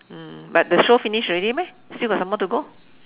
mm but the show finish already meh still got some more to go